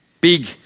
big